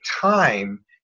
time